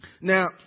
Now